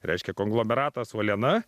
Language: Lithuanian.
reiškia konglomeratas uoliena